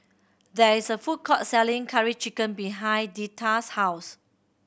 there is a food court selling Curry Chicken behind Deetta's house